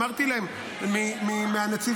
אמרתי להם: מהנציבות,